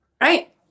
Right